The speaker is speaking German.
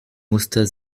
muster